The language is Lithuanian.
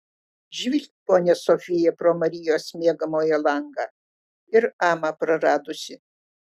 žvilgt ponia sofija pro marijos miegamojo langą ir amą praradusi